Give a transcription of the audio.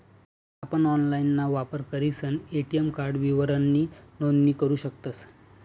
आपण ऑनलाइनना वापर करीसन ए.टी.एम कार्ड विवरणनी नोंदणी करू शकतस